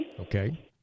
Okay